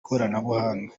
ikoranabuhanga